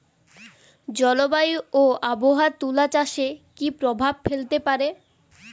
জলবায়ু ও আবহাওয়া তুলা চাষে কি প্রভাব ফেলতে পারে?